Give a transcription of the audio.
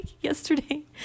yesterday